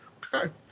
Okay